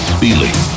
feeling